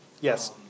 yes